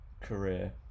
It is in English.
career